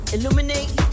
Illuminate